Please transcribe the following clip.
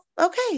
okay